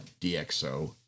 DxO